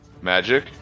magic